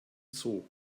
zoo